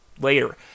later